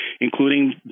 including